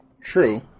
True